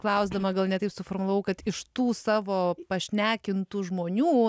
klausdama gal ne taip suformulavau kad iš tų savo pašnekintų žmonių